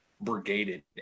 brigaded